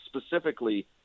specifically